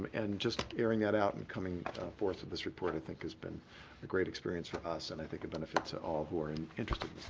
and just airing that out and coming forth with this report i think has been a great experience for us, and i think a benefit to all who are interested